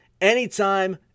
anytime